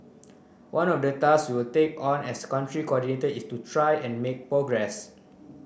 one of the task we'll take on as Country Coordinator is to try and make progress